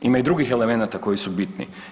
Ima i drugih elemenata koji su bitni.